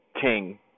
king